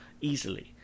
easily